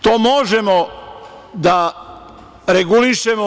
To možemo da regulišemo.